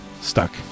stuck